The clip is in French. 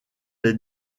les